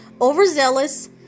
overzealous